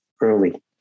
early